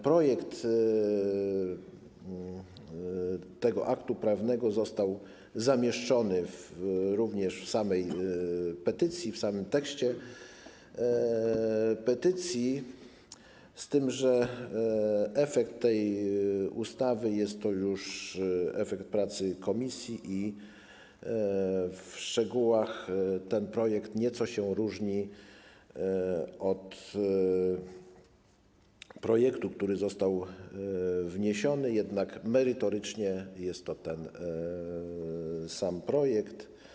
Projekt tego aktu prawnego został zamieszczony również w samym tekście petycji, z tym że efekt tej ustawy jest to już efekt pracy komisji i w szczegółach ten projekt nieco się różni od projektu, który został wniesiony, jednak merytorycznie jest to ten sam projekt.